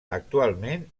actualment